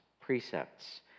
precepts